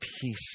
peace